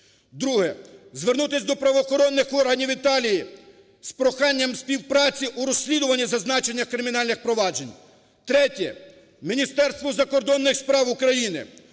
друге – звернутись до правоохоронних органів Італії з проханням співпраці у розслідуванні зазначених кримінальних проваджень. Третє: Міністерству закордонних справ України